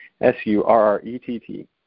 S-U-R-R-E-T-T